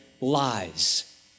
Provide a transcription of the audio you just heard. lies